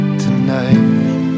tonight